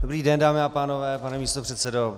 Dobrý den, dámy a pánové, pane místopředsedo.